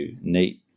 neat